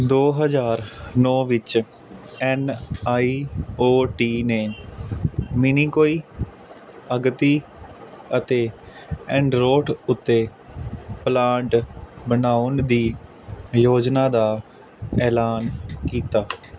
ਦੋ ਹਜ਼ਾਰ ਨੌਂ ਵਿੱਚ ਐੱਨ ਆਈ ਓ ਟੀ ਨੇ ਮਿਨਿਕੋਇ ਅਗਤੀ ਅਤੇ ਐਂਡਰੋਡ ਉੱਤੇ ਪਲਾਂਟ ਬਣਾਉਣ ਦੀ ਯੋਜਨਾ ਦਾ ਐਲਾਨ ਕੀਤਾ